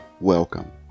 welcome